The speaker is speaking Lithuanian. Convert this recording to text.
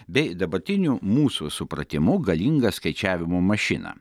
bei dabartinių mūsų supratimu galingą skaičiavimo mašiną